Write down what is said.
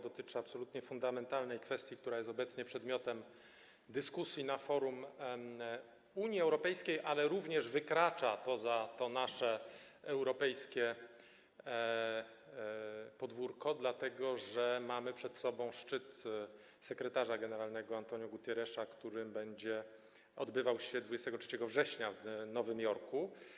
Dotyczy ono absolutnie fundamentalnej kwestii, która jest obecnie przedmiotem dyskusji na forum Unii Europejskiej, ale również wykracza poza nasze europejskie podwórko, dlatego że mamy przed sobą szczyt sekretarza generalnego Antonio Guterresa, który będzie odbywał się 23 września w Nowym Jorku.